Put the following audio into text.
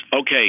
okay